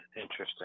Interesting